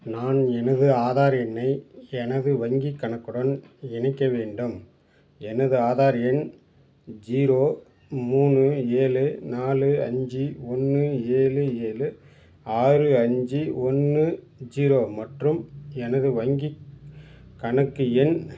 நான் எனது ஆதார் எண்ணை எனது வங்கிக் கணக்குடன் இணைக்க வேண்டும் எனது ஆதார் எண் ஜீரோ மூணு ஏழு நாலு அஞ்சு ஒன்று ஏழு ஏழு ஆறு அஞ்சு ஒன்று ஜீரோ மற்றும் எனது வங்கிக் கணக்கு எண்